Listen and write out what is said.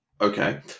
okay